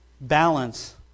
balance